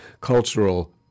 cultural